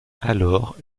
alors